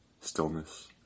stillness